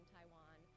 Taiwan